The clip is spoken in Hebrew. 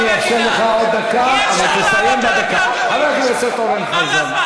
החיים עוברים מהר,